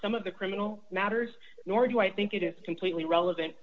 some of the criminal matters nor do i think it is completely relevant